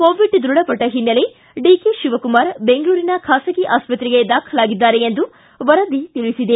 Covid ದೃಢಪಟ್ಟ ಹಿನ್ನೆಲೆ DK Shivakumar ಬೆಂಗಳೂರಿನ ಖಾಸಗಿ ಆಸ್ಪತ್ರೆಗೆ ದಾಖಲಾಗಿದ್ದಾರೆ ಎಂದು ವರದಿ ತಿಳಿಸಿದೆ